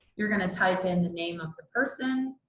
you're going to type in the name of the person